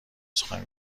سخن